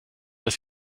das